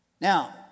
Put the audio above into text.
Now